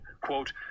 Quote